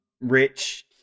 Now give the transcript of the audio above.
rich